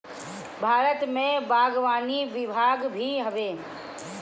भारत में बागवानी विभाग भी हवे